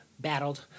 battled